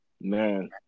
Man